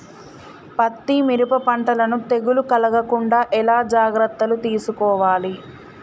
పత్తి మిరప పంటలను తెగులు కలగకుండా ఎలా జాగ్రత్తలు తీసుకోవాలి?